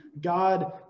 God